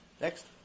Next